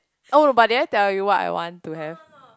oh but did I tell you what I want to have